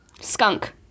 Skunk